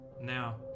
Now